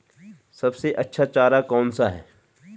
सबसे अच्छा चारा कौन सा है?